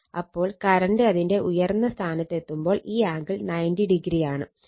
അപ്പോൾ കറണ്ട് അതിന്റെ ഉയർന്ന സ്ഥാനത്ത് എത്തുമ്പോൾ ഈ ആംഗിൾ 90°ആണ്